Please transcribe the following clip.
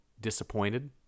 disappointed